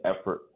effort